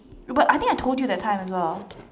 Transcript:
but I think told you that time as well